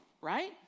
Right